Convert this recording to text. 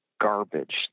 garbage